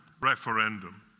referendum